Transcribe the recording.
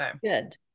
good